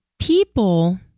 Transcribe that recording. People